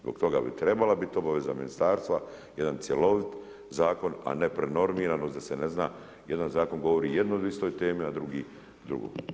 Zbog toga bi treba biti obaveza ministarstva jedan cjelovit zakon a ne prenormiranost da se ne zna, jedan zakon govori jedno o istoj temi, a drugi drugo.